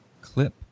clip